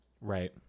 Right